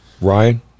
Ryan